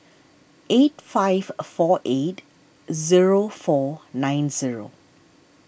eight five four eight zero four nine zero